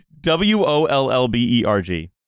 W-O-L-L-B-E-R-G